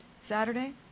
Saturday